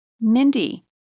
Mindy